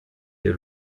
dir